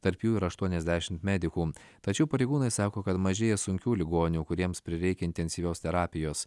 tarp jų ir aštuoniasdešimt medikų tačiau pareigūnai sako kad mažėja sunkių ligonių kuriems prireikia intensyvios terapijos